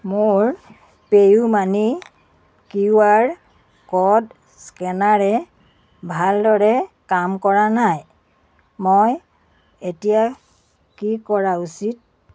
মোৰ PayUmoney Q R code স্কেনাৰে ভালদৰে কাম কৰা নাই মই এতিয়া কি কৰা উচিত